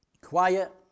Quiet